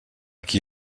qui